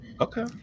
Okay